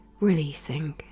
releasing